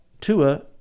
Tua